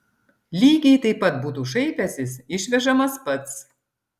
lygiai taip pat būtų šaipęsis išvežamas pats